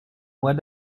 mois